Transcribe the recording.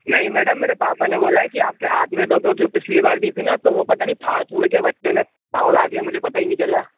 नहीं मैडम मेरे पापा ने बोला है कि आपके हाथ में पिसली बार दी थी ना तो पता नहीं फाड़ फूड़ के बच्चों ने कहाँ उड़ा दिया मुझे पता हि नहीं चला